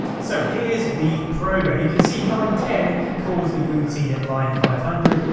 so here's the program, you can see line ten calls the routine at line five hundred,